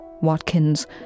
Watkins